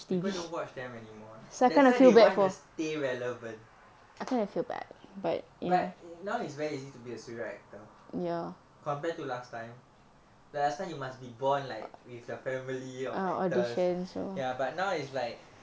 people don't watch them anymore that's why they want to stay relevant but now it's very easy to be a suria actor now compared to last time like last time you must be born like with your family of actors ya but now is like